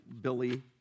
Billy